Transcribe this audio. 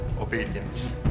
obedience